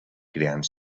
creant